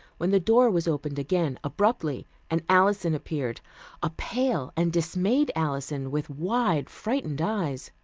when the door was opened again abruptly, and alison appeared a pale and dismayed alison with wide frightened eyes.